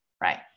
right